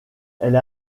elle